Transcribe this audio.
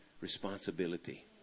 responsibility